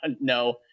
No